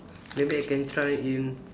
maybe I can try in